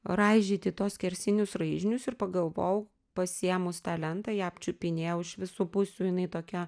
raižyti tuos skersinius raižinius ir pagalvojau pasiėmus tą lentą ją apčiupinėjau iš visų pusių jinai tokia